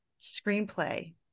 screenplay